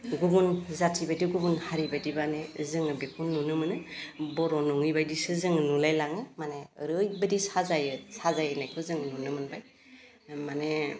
गुबुन जातिबायदि गुबुन हारि बायदिबानो जोङो बेखौ नुनो मोनो बर' नङैबायदिसो जोङो नुलाय लाङो माने ओरैबायदि साजायो साजायनायखौ जों नुनो मोनबाय माने